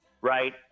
right